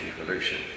evolution